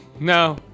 No